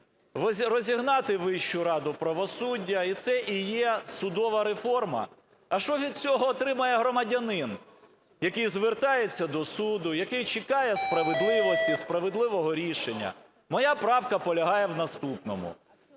розігнати Вищу раду правосуддя. І все? І є судова реформа? А що від цього отримає громадянин, який звертається до суду, який чекає справедливості, справедливого рішення? Моя правка полягає в наступному.